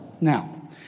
Now